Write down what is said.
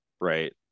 Right